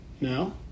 No